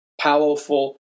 powerful